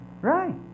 right